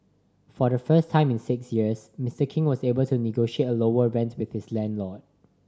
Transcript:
for the first time in six years Mister King was able to negotiate a lower rent with his landlord